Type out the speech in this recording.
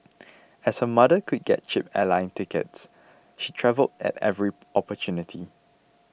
as her mother could get cheap airline tickets she travelled at every opportunity